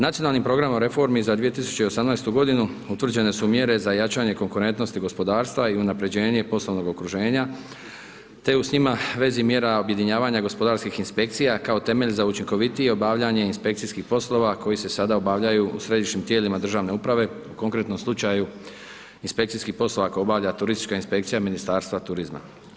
Nacionalnim programom reformi za 2018. godinu utvrđene su mjere za jačanje konkurentnosti gospodarstva i unapređenje poslovnog okruženja, te u s njima vezi mjera objedinjavanja gospodarskih inspekcija kao temelj za učinkovitije obavljanje inspekcijskih poslova koji se sada obavljaju u središnjim tijelima državne uprave, u konkretnom slučaju, inspekcijski posao ako obavlja turistička inspekcija Ministarstva turizma.